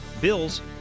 Bills